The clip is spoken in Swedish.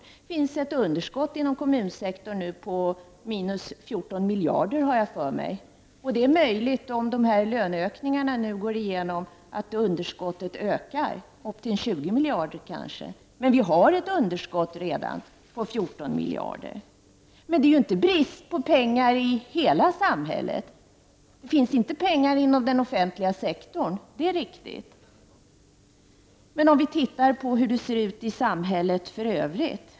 Det finns ett underskott i kommunsektorn på minus 14 miljarder, har jag för mig. Om dessa löneökningar nu går igenom ökar underskottet, kanske till 20 miljarder. Det finns inte pengar inom den offentliga sektorn, det är riktigt, men hur ser det ut i samhället för övrigt?